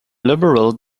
liberal